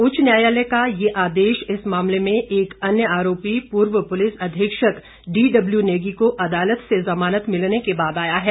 उच्च न्यायालय का यह आदेश इस मामले में एक अन्य आरोपी पूर्व पुलिस अधीक्षक डी डब्ल्यू नेगी को अदालत से जमानत मिलने के बाद आया है